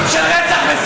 את הערכים של רצח ושנאה.